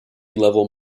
level